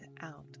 out